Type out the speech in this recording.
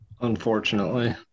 Unfortunately